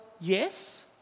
yes